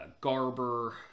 Garber